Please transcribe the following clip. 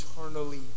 eternally